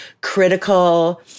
critical